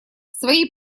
свои